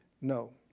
No